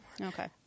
Okay